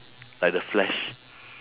like the flash